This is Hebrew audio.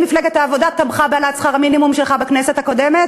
האם מפלגת העבודה תמכה בהצעה שלך להעלאת שכר המינימום בכנסת הקודמת?